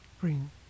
bring